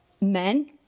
men